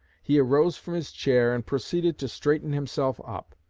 he arose from his chair and proceeded to straighten himself up.